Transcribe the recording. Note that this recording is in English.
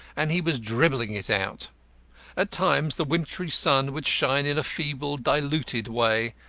and he was dribbling it out at times the wintry sun would shine in a feeble, diluted way,